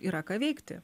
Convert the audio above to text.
yra ką veikti